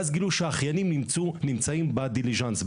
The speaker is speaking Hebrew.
ואז גילו שהאחיינים נמצאים בדליז'אנס,